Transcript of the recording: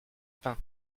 pain